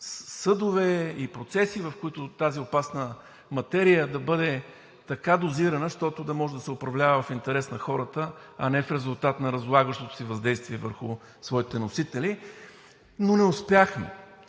съдове и процеси, в които тази опасна материя да бъде така дозирана, щото да може да се управлява в интерес на хората, а не в резултат на разлагащото си въздействие върху своите носители, но не успяхме.